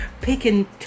picking